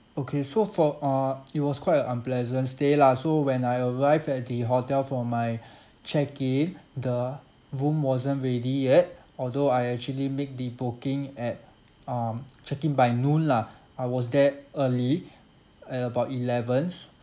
okay so for uh it was quite a unpleasant stay lah so when I arrived at the hotel for my check in the room wasn't ready yet although I actually make the booking at um check in by noon lah I was there early at about eleven